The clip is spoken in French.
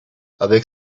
avec